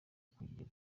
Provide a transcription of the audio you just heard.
kugirana